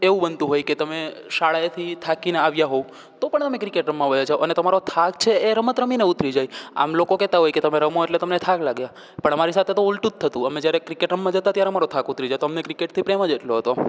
એવું બનતું હોય કે તમે શાળાએથી થાકીને આવ્યા હોવ તો પણ અમે ક્રિકેટ રમવા ચાલ્યાં જતાં અને તમારો થાક છે એ રમત રમીને ઉતરી જાય આમ લોકો કહેતા હોય કે તમે રમો એટલે તમને થાક લાગે પણ મારી સાથે ઉલટું થતું અમે જ્યારે ક્રિકેટ રમવા જતાં ત્યારે મારો થાક ઉતરી જતો અમને ક્રિકેટથી પ્રેમ એટલો હતો